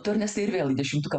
tu ernestai ir vėl į dešimtuką